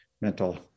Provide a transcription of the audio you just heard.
mental